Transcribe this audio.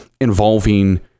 involving